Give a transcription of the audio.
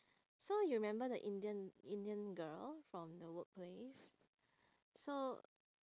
so you remember the indian indian girl from the workplace so